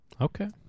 okay